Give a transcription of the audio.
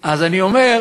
אז אני אומר,